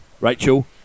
Rachel